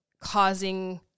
causing